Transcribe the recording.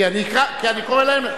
כי אני קורא להם.